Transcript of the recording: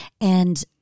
And-